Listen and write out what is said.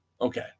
Okay